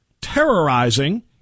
terrorizing